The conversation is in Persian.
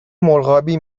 مرغابی